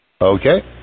Okay